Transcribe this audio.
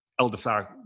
elderflower